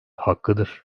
hakkıdır